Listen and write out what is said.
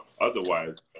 Otherwise